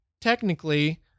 Technically